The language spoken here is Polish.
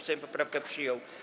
Sejm poprawkę przyjął.